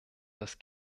das